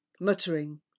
muttering